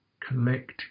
collect